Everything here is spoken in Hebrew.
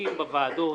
חוקים בוועדות